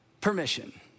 permission